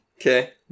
Okay